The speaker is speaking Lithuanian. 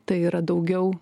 tai yra daugiau